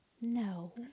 No